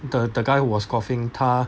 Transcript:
the the guy who was coughing 他